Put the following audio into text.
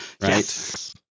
right